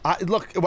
Look